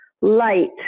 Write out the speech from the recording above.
light